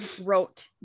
wrote